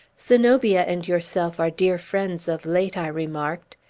zenobia and yourself are dear friends of late, i remarked.